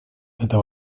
это